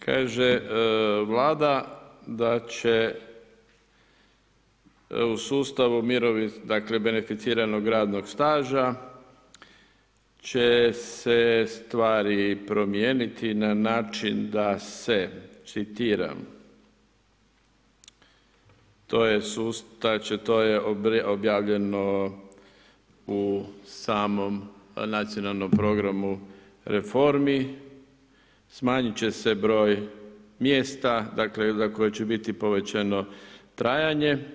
Kaže Vlada da će u sustavu beneficiranog radnog staža će se stvari promijeniti, na način da se, citiram, to je sustav, znači to je objavljeno u samom nacionalnom programu reformi, smanjiti će se broj mjesta, dakle, za koje će biti povećano trajanje.